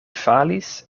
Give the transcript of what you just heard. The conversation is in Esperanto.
falis